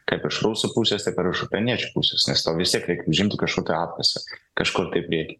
kaip iš rusų pusės taip ir iš ukreiniečių pusės nes tau vis tiek reikia užimti kažkokį apkasą kažkur tai prieky